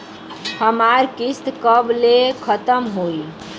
हमार किस्त कब ले खतम होई?